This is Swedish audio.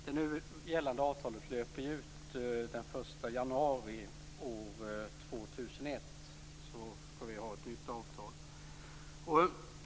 Det nu gällande avtalet löper ut den 1 januari år 2001. Då skall vi ha ett nytt avtal.